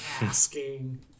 asking